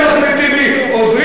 עוזרים האחד לשני.